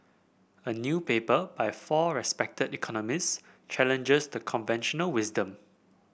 a new paper by four respected economist challenges the conventional wisdom